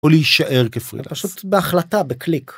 או להישאר כפרילנס. זה פשוט בהחלטה, בקליק.